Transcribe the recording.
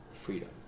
freedom